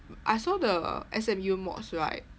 I saw the S_M_U mods right